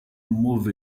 move